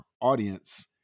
audience